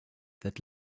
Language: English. that